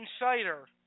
Insider